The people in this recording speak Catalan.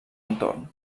entorn